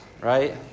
right